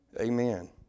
Amen